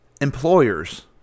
employers